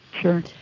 Sure